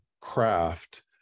craft